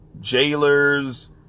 jailers